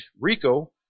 Rico